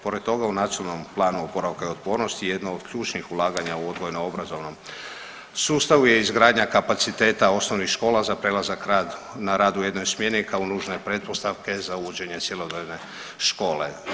Pored toga u Nacionalnom planu oporavka i otpornosti jedna od ključnih ulaganja u odgojno obrazovnom sustavu je izgradnja kapaciteta osnovnih škola za prelazak rad, na rad u jednoj smjeni kao nužne pretpostavke za uvođenje cjelodnevne škole.